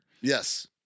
Yes